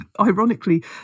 ironically